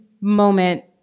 moment